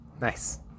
Nice